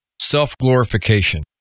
self-glorification